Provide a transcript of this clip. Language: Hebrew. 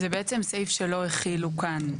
זה בעצם סעיף שלא הכילו כאן.